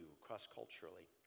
cross-culturally